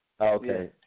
Okay